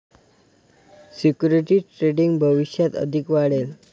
securities trading भविष्यात अधिक वाढेल